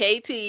KT